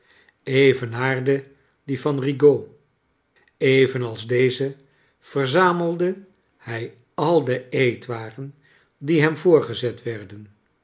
evenaarde die van bigaud evenals deze verzamelde hij al de eetwaren die hem voorgezet werden